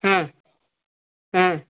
ಹಾಂ ಹಾಂ